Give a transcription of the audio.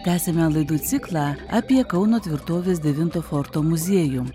tęsiame laidų ciklą apie kauno tvirtovės devinto forto muziejų